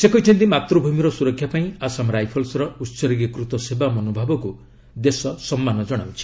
ସେ କହିଛନ୍ତି ମାତୃଭ୍ମିର ସ୍ତରକ୍ଷା ପାଇଁ ଆସାମ ରାଇଫଲ୍ସର ଉତ୍ଗୀକୃତ ସେବା ମନୋଭାବକୁ ଦେଶ ସମ୍ମାନ ଜଣାଉଛି